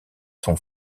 sont